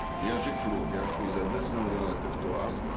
jerzy kluger, who is a distant relative to us.